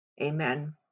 amen